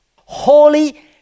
Holy